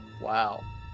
Wow